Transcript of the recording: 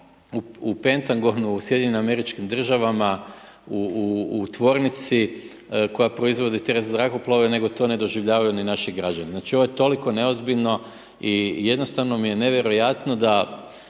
u Pentagonu u SAD-u, u tvornici koja proizvodi te zrakoplove nego to ne doživljavaju ni naši građani. Znači ovo je toliko neozbiljno i jednostavno mi je nevjerojatno da,